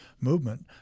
movement